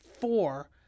four